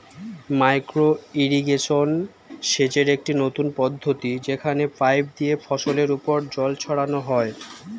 micro irrigation সেচের একটি নতুন পদ্ধতি যেখানে পাইপ দিয়ে ফসলের উপর জল ছড়ানো হয়